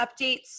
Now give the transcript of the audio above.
updates